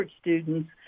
students